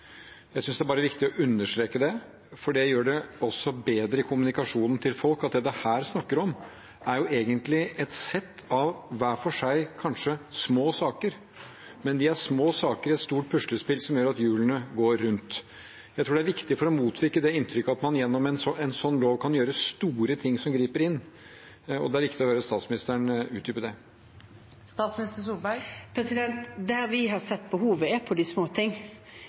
Jeg synes det er viktig å understreke det, for det gjør det også bedre i kommunikasjonen til folk, at det vi snakker om her, egentlig er et sett av hver for seg kanskje små saker, men de er små saker i et stort puslespill som gjør at hjulene går rundt. Jeg tror det er viktig for å motvirke det inntrykket at man gjennom en slik lov kan gjøre store ting som griper inn. Det er viktig å høre statsministeren utdype det. Der vi har sett behovet, er på de små ting,